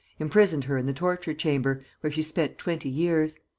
imprisoned her in the torture-chamber, where she spent twenty years.